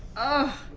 oh,